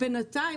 בינתיים,